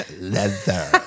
Leather